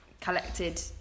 collected